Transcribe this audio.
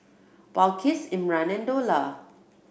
Balqis Imran and Dollah